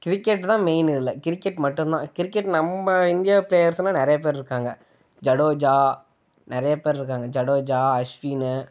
கிரிக்கெட்டுதான் மெயின்னு இதில் கிரிக்கெட் மட்டும்தான் கிரிக்கெட் நம்ப இந்தியா ப்ளேயர்ஸ்னால் நிறைய பேர் இருக்காங்க ஜடேஜா நிறைய பேர் இருக்காங்க ஜடேஜா அஷ்வினு